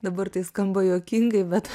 dabar tai skamba juokingai bet